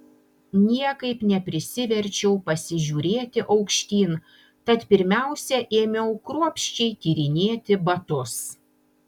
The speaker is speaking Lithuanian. niekaip neprisiverčiau pasižiūrėti aukštyn tad pirmiausia ėmiau kruopščiai tyrinėti batus